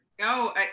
No